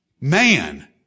man